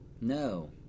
no